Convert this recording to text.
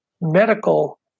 medical